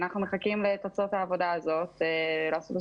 אנחנו מחכים לתוצאות העבודה הזאת כדי לעשות את